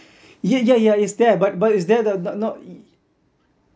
yeah yeah yeah it's there but but it's there no no no